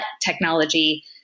technology